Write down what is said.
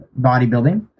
bodybuilding